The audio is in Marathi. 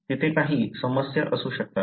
तिथे काही समस्या असू शकतात